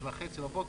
5:30 בבוקר,